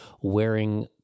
wearing